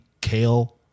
kale